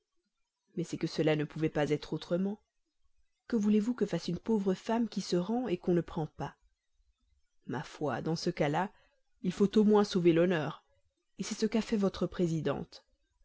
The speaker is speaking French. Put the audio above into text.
mais c'est que cela ne pouvait pas être autrement que voulez-vous que fasse une pauvre femme qui se rend qu'on ne prend pas ma foi dans ce cas-là il faut au moins sauver l'honneur c'est ce qu'a fait votre présidente